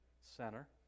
center